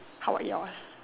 how about yours